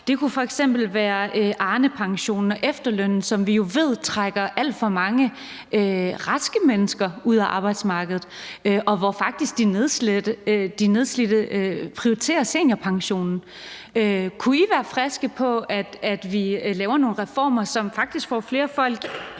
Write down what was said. Det kunne f.eks. være Arnepensionen og efterlønnen, som vi jo ved trækker alt for mange raske mennesker ud af arbejdsmarkedet, og hvor det faktisk er sådan, at de nedslidte prioriterer seniorpensionen. Kunne I være friske på, at vi laver nogle reformer, som faktisk får flere folk